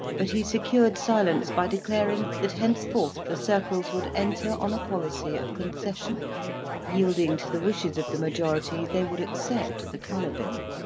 but he secured silence by declaring that henceforth the circles would enter on a policy of concession yielding to the wishes of the majority, they would accept the colour bill.